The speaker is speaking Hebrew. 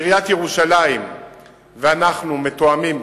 עיריית ירושלים ואנחנו מתואמים